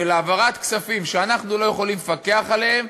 של העברת כספים שאנחנו לא יכולים לפקח עליהם,